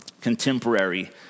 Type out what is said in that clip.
contemporary